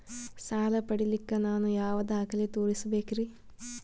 ಸಾಲ ಪಡಿಲಿಕ್ಕ ನಾನು ಯಾವ ದಾಖಲೆ ತೋರಿಸಬೇಕರಿ?